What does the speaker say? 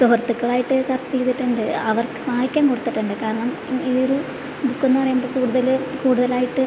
സുഹൃത്തുക്കളുമായിട്ട് ചർച്ച ചെയ്തിട്ടുണ്ട് അവർക്ക് വായിക്കാൻ കൊടുത്തിട്ടുണ്ട് കാരണം ഈ ഒരു ബുക്കെന്നു പറയുമ്പോൾ കൂടുതലും കൂടുതലായിട്ട്